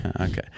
Okay